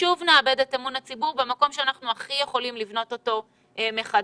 שוב נאבד את אמון הציבור במקום שאנחנו הכי יכולים לבנות אותו מחדש.